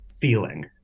feeling